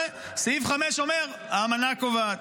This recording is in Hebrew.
סעיף 5 אומר: האמנה קובעת.